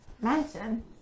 Mansion